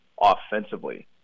offensively